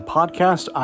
Podcast